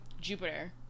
Jupiter